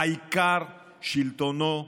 העיקר שלטונו וסביבתו.